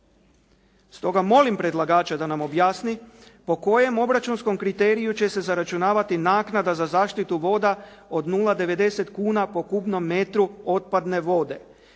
Stoga molim predlagača da nam objasni po kojem obračunskom kriteriju će se obračunavati naknada zaštitu voda od 0,90 kuna po kubnom metru otpadne vode.